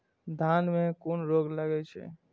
धान में कुन रोग लागे छै?